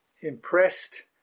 impressed